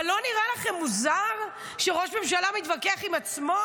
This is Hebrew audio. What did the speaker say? אבל לא נראה לכם מוזר שראש ממשלה מתווכח עם עצמו?